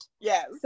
Yes